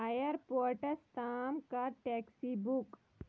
آیر ports تام کر taxi book